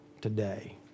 today